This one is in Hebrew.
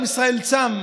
עם ישראל צם.